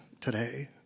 today